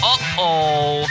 Uh-oh